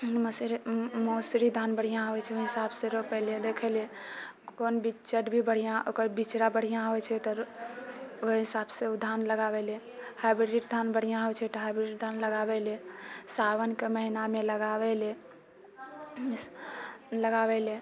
मसूरी मौसरी धान बढ़िआँ होइ छै ओइ हिसाबसँ रोपैले देखैले कोन बिचड़ भी बढ़िआँ ओकर बिचड़ा बढ़िआँ होइ छै तऽ ओइ हिसाबसँ ओ धान लगाबैले हाइब्रिड धान बढ़िआँ होइ छै तऽ हाइब्रिड धान लगाबैले सावनके महीनामे लगाबैले लगाबैले